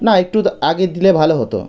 না একটু তা আগে দিলে ভালো হতো